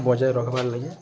ବଜାୟ ରଖବାର୍ ଲାଗି